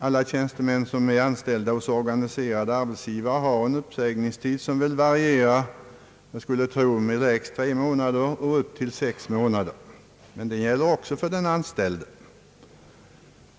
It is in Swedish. Alla tjänstemän som är anställda hos organiserade arbetsgivare har en uppsägningstid som varierar mellan tre och sex månader, skulle jag tro, men den uppsägningstiden gäller alltså även för de anställda.